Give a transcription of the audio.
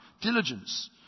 diligence